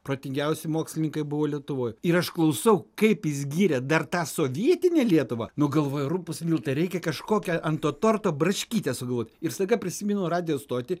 protingiausi mokslininkai buvo lietuvoj ir aš klausau kaip jis gyrė dar tą sovietinę lietuvą nu galvoju rupūs miltai reikia kažkokią ant to torto braškytę sugalvot ir staiga prisimenu radijo stotį